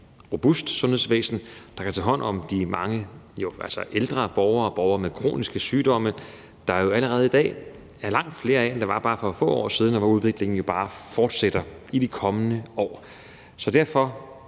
robust sundhedsvæsen, der kan tage hånd om de mange ældre borgere, borgere med kroniske sygdomme, der jo allerede i dag er langt flere af, end der var for bare få år siden, og hvor udviklingen bare fortsætter i de kommende år. Så derfor